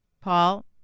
Paul